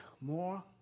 more